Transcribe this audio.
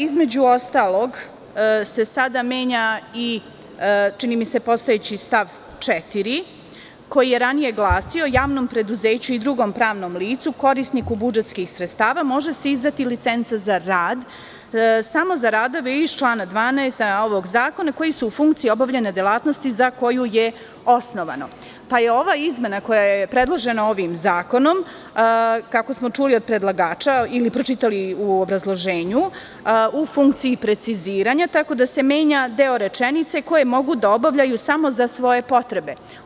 Između ostalog se sada menja i, čini mi se, postojeći stav 4. koji je ranije glasio – Javnom preduzeću i drugom pravnom licu, korisniku budžetskih sredstava, može se izdati licenca za rad samo za radove iz člana 12. ovog zakona, koji su u funkciji obavljanja delatnosti za koju je osnovano, pa je ova izmena, koja je predložena ovim zakonom, kako smo čuli od predlagača ili pročitali u obrazloženju, u funkciji preciziranja, tako da se menja deo rečenice - koje mogu da obavljaju samo za svoje potrebe.